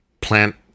plant